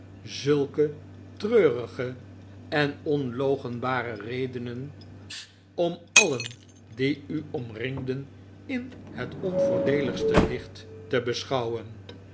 zulke treurige en onloochenbare redenen om alien die u oraringden in het onvoordeeligste licht te beschouwen